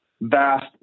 vast